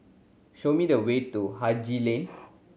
show me the way to Haji Lane